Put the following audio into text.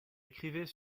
écrivait